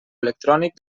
electrònic